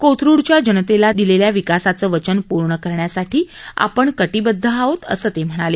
कोथरूडच्या जनतेला दिलेला विकासाचं वचन पूर्ण करण्यासाठी आपण कटिबद्ध आहोत असं ते म्हणाले